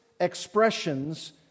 Expressions